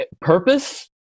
Purpose